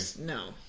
No